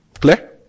Clear